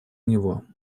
него